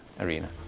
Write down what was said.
arena